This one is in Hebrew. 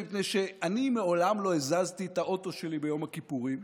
מפני שאני מעולם לא הזזתי את האוטו שלי ביום הכיפורים,